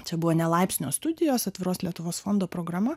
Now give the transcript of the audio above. čia buvo ne laipsnio studijos atviros lietuvos fondo programa